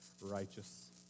Righteous